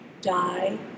die